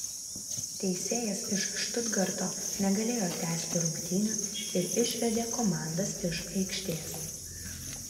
teisėjas iš štutgarto negalėjo tęsti rungtynių ir išvedė komandas iš aikštės